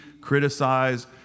criticize